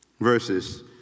verses